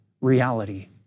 reality